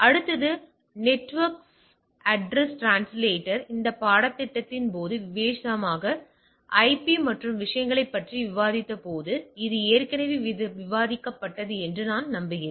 அடுத்தது network address translator இப்போது இந்த பாடத்திட்டத்தின் போது விசேஷமாக ஐபி மற்றும் விஷயங்களைப் பற்றி விவாதித்தபோது இது ஏற்கனவே விவாதிக்கப்பட்டது என்று நான் நம்புகிறேன்